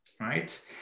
right